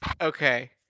Okay